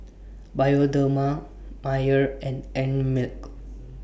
Bioderma Mayer and Einmilk